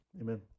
Amen